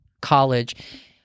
college